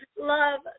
Love